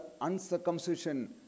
uncircumcision